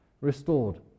restored